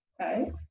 Okay